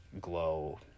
Glow